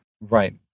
Right